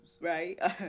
right